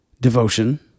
devotion